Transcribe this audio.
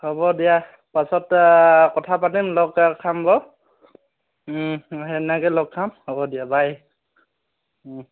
হ'ব দিয়া পাছত কথা পাতিম লগ খাম বাৰু সেইদিনাখনতে লগ খাম হ'ব দিয়া বাই